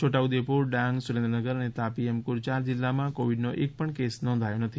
છોટા ઉદેપુર ડાંગ સુરેન્દ્રનગર અને તાપી એમ કુલ ચાર જિલ્લામાં કોવિડનો એક પણ કેસ નોંધાયો નથી